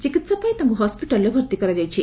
ଚିକିତ୍ସା ପାଇଁ ତାଙ୍କୁ ହସିଟାଲ୍ରେ ଭର୍ତ୍ତି କରାଯାଇଛି